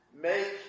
Make